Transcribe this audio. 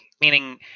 meaning